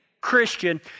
Christian